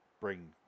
bring